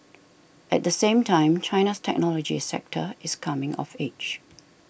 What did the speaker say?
at the same time China's technology sector is coming of age